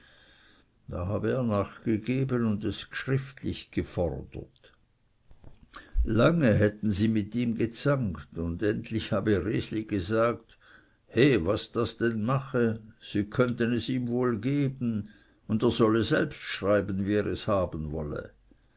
da habe er nachgegeben und es gschriftlich gefordert lange hätten sie mit ihm gezankt und endlich habe resli gesagt he was das dann mache sie könnten es ihm wohl geben und er solle selbst schreiben wie er es haben wolle